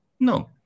No